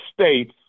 States